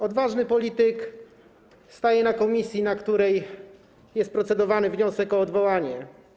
Odważny polityk staje przed komisją, w której jest procedowany wniosek o odwołanie.